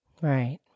Right